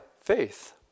faith